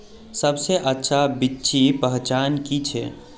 सबसे अच्छा बिच्ची पहचान की छे?